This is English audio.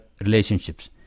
relationships